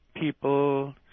people